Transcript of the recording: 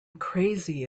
crazy